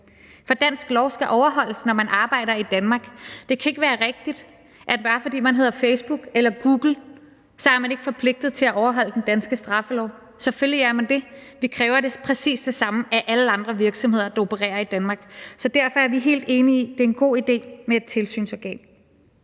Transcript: For dansk lov skal overholdes, når man arbejder i Danmark. Det kan ikke være rigtigt, at bare fordi man hedder Facebook eller Google, er man ikke forpligtet til at overholde den danske straffelov. Selvfølgelig er man det. Vi kræver præcis det samme af alle andre virksomheder, der opererer i Danmark. Så derfor er vi helt enige i, at det er en god idé med et tilsynsorgan.